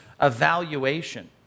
evaluation